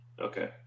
Okay